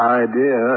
idea